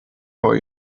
vor